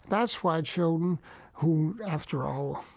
that's why children who, after all,